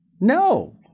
no